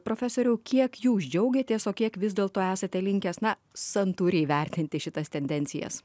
profesoriau kiek jūs džiaugiatės o kiek vis dėl to esate linkęs na santūriai vertinti šitas tendencijas